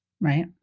Right